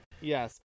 Yes